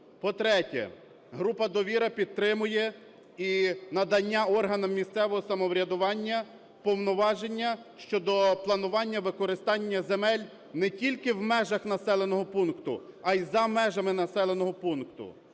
По-третє, група "Довіра" підтримує і надання органам місцевого самоврядування повноваження щодо планування використання земель не тільки в межах населеного пункту, а й за межами населеного пункту.